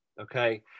Okay